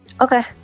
okay